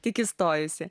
tik įstojusi